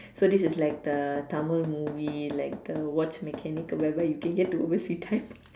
so this is like the Tamil movie like the watch mechanic or whatever you can get to oversee time